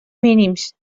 mínims